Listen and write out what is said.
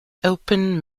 open